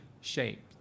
shaped